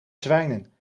zwijnen